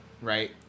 Right